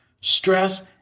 stress